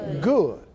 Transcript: good